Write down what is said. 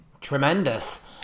Tremendous